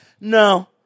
No